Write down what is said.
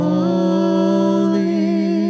Holy